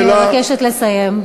אני מבקשת לסיים.